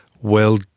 well,